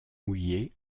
mouillée